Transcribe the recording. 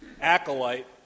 acolyte